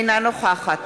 אינה נוכחת